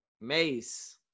Mace